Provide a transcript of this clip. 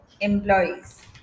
employees